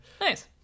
nice